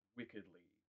wickedly